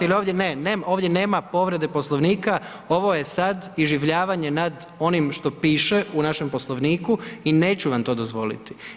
Ne, ne, ovdje nema povrede Poslovnika, ovo je sad iživljavanje nad onim što piše u našem Poslovniku i neću vam to dozvoliti.